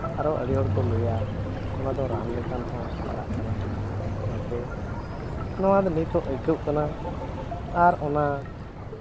ᱟᱨᱚ ᱟᱹᱰᱤ ᱦᱚᱲᱠᱚ ᱞᱟᱹᱭᱟ ᱚᱱᱟᱫᱚ ᱨᱟᱱ ᱞᱮᱠᱷᱟᱱ ᱦᱚᱸ ᱟᱲᱟᱜ ᱠᱟᱱᱟ ᱚᱱᱟᱛᱮ ᱱᱚᱣᱟᱨᱮ ᱱᱤᱛᱚᱜ ᱟᱹᱭᱠᱟᱹᱜ ᱠᱟᱱᱟ ᱟᱨ ᱚᱱᱟ